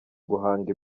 guhanga